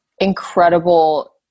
incredible